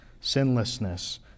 sinlessness